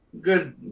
good